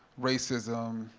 racism,